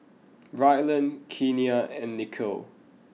Ryland Kenia and Niko